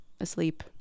asleep